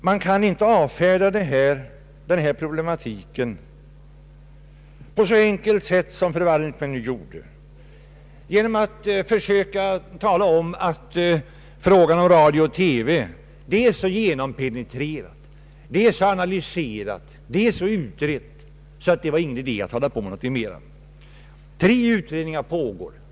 Man kan inte avfärda denna problematik på ett så enkelt sätt som fru Wallentheim gjorde genom att tala om att frågan om radio och TV är så grundligt penetrerad, så analyserad och så utredd att det är ingen idé att göra någonting mer. Tre utredningar pågår.